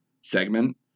segment